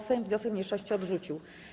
Sejm wniosek mniejszości odrzucił.